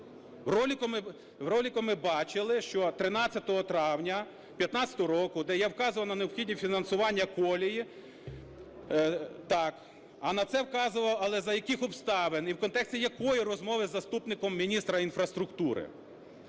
В ролику ми бачили, що 13 травня 15-го року, де я вказував на необхідні фінансування колії, так. А на це вказував… Але за яких обставин і в контексті якої розмови з заступником міністра інфраструктури?